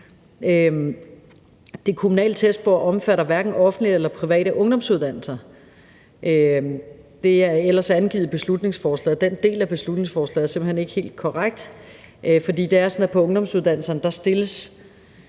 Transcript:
Det kommunale testspor omfatter hverken offentlige eller private ungdomsuddannelser. Det er ellers angivet i beslutningsforslaget, og den del af beslutningsforslaget er simpelt hen ikke helt korrekt. For det er sådan, at på ungdomsuddannelserne stilles